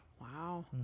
Wow